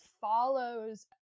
follows